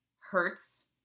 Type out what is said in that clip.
hurts